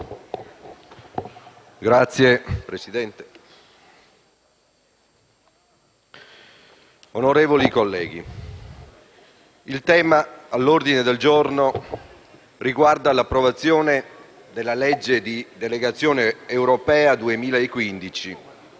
legge n. 2345** Onorevoli colleghi, il tema all'ordine del giorno riguarda l'approvazione della legge di delegazione europea 2015,